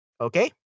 Okay